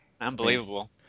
unbelievable